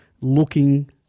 looking